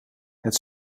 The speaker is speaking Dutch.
het